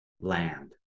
Land